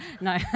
No